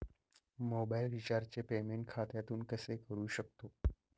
Mobile रिचार्जचे payment खात्यातून कसे करू शकतो?